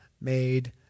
made